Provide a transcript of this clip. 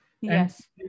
Yes